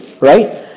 right